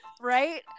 Right